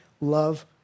love